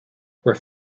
were